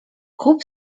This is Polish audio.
kup